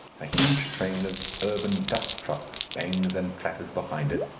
a huge train of urban dust trucks bangs and clatters behind it,